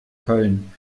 köln